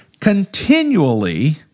continually